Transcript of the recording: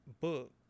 book